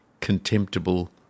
contemptible